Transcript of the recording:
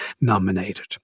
nominated